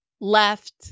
left